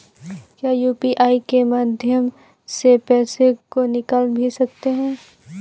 क्या यू.पी.आई के माध्यम से पैसे को निकाल भी सकते हैं?